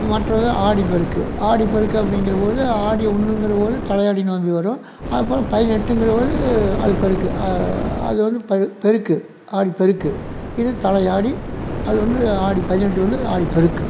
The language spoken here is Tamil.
மற்றது ஆடிப்பெருக்கு ஆடிப்பெருக்கு அப்படிங்குறபோது ஆடி ஒன்றுங்குற போது தலையாட்டி நோம்பு வரும் அப்புறம் பதினெட்டுங்கிற போது ஆடிப்பெருக்கு அது வந்து பெருக்கு ஆடிப்பெருக்கு இது தலையாடி அது வந்து ஆடி பதினெட்டு வந்து ஆடிப்பெருக்கு